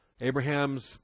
Abraham's